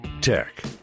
Tech